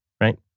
Right